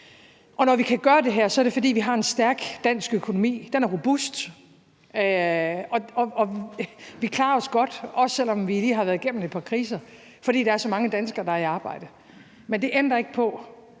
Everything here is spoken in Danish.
Når vi kan gøre det her, er det, fordi vi har en stærk dansk økonomi. Den er robust, og vi klarer os godt, også selv om vi lige har været igennem et par kriser, og det er, fordi der er så mange danskere, der er i arbejde. Men det ændrer ikke på,